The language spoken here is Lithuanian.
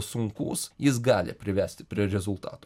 sunkus jis gali privesti prie rezultato